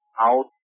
out